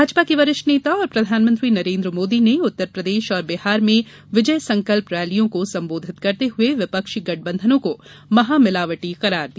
भाजपा के वरिष्ठ नेता और प्रधानमंत्री नरेन्द्र मोदी ने उत्तरप्रदेश और बिहार में विजय संकल्प रैलियों को संबोधित करते हए विपक्षी गठबंधनों को महामिलावटी करार दिया